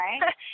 Right